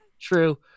true